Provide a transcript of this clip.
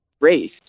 race